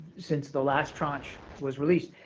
since the last tranche was released.